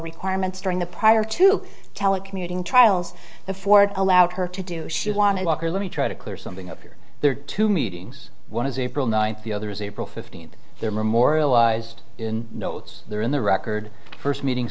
requirements during the prior to telecommuting trials the ford allowed her to do she wanted walker let me try to clear something up here there are two meetings one is april ninth the other is april fifteenth they're memorialized in notes they're in the record first meeting